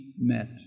met